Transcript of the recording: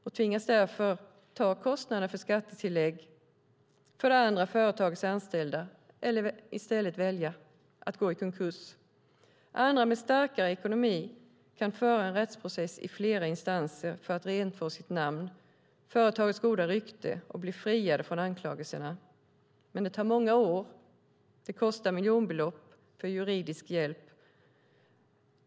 De tvingas därför ta kostnaderna för ett skattetillägg för det andra företagets anställda eller gå i konkurs. Andra med starkare ekonomi kan föra en rättsprocess i flera instanser för att rentvå sitt namn och företagets goda rykte och bli friade från anklagelserna. Men det kan ta många år och kosta miljonbelopp för juridisk hjälp.